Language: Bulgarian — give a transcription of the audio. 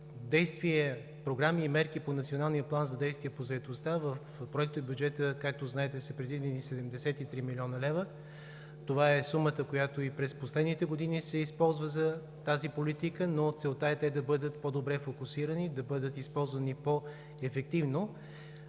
действия, програми и мерки по Националния план за действие по заетостта в проектобюджета, както знаете, са предвидени 73 млн. лв. Това е сумата, която се използва и през последните години за тази политика, но целта е те да бъдат по-добре фокусирани, да бъдат използвани по-ефективно.